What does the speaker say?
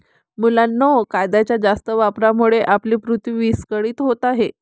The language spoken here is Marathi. मुलांनो, कागदाच्या जास्त वापरामुळे आपली पृथ्वी विस्कळीत होत आहे